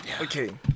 Okay